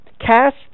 cast